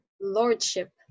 Lordship